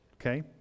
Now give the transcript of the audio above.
okay